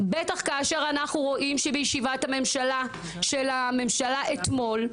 בטח כאשר אנחנו רואים שבישיבת הממשלה של הממשלה אתמול,